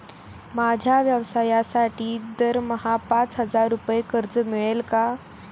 माझ्या व्यवसायासाठी दरमहा पाच हजार रुपये कर्ज मिळेल का?